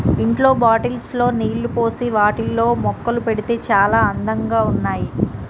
ఇంట్లో బాటిల్స్ లో నీళ్లు పోసి వాటిలో మొక్కలు పెడితే చాల అందంగా ఉన్నాయి